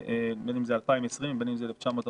בין אם זה 2020 ובין אם 1948,